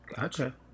Gotcha